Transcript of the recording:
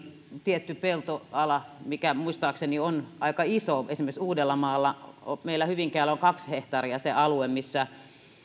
tietty peltoala mikä muistaakseni on aika iso esimerkiksi uudellamaalla meillä hyvinkäällä on kaksi hehtaaria se alue